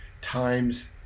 times